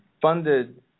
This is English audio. funded